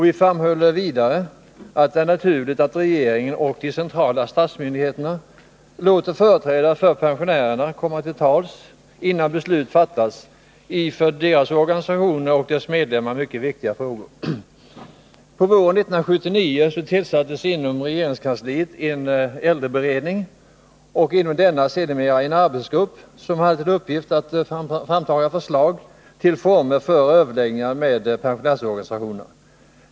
Vi framhöll vidare att det är naturligt att regeringen och de centrala statsmyndigheterna låter företrädare för pensionärerna komma till tals innan beslut fattas i för medlemmarna i deras organisationer mycket viktiga frågor. På våren 1979 tillsattes inom regeringskansliet en äldreberedning och inom denna sedermera en arbetsgrupp som hade till uppgift att ta fram förslag till former för överläggningar med pensionärsorganisationerna.